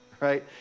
right